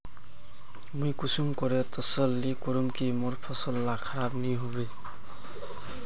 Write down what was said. मुई कुंसम करे तसल्ली करूम की मोर फसल ला खराब नी होबे?